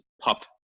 pop